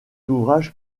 ouvrage